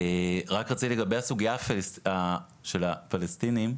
רק רציתי לגבי הסוגיה של הפלסטינים,